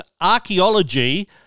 archaeology